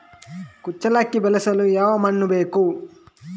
ಕುಚ್ಚಲಕ್ಕಿ ಬೆಳೆಸಲು ಯಾವ ಮಣ್ಣು ಬೇಕು?